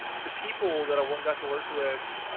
the people that i work got to work with